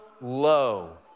low